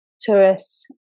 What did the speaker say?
tourists